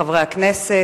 חברי הכנסת,